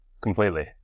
Completely